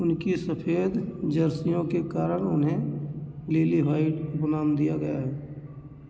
उनकी सफेद जर्सियों के कारण उन्हें लिलीह्वाइट उपनाम दिया गया है